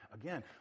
Again